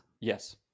Yes